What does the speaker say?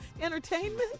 entertainment